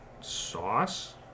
sauce